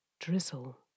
Drizzle